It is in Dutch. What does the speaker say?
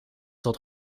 tot